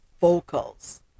vocals